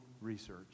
research